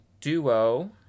Duo